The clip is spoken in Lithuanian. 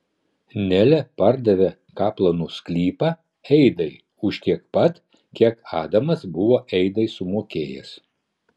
nelė pardavė kaplanų sklypą eidai už tiek pat kiek adamas buvo eidai sumokėjęs